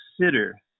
consider